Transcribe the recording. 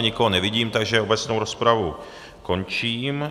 Nikoho nevidím, takže obecnou rozpravu končím.